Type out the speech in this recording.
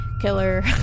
killer